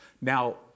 now